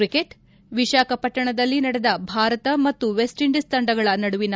cricket ವಿಶಾಖಪಟ್ಟಣದಲ್ಲಿ ನಡೆದ ಭಾರತ ಮತ್ತು ವೆಸ್ಟ್ ಇಂಡೀಸ್ ತಂಡಗಳ ನಡುವಿನ